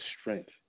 strength